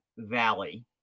valley